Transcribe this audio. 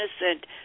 innocent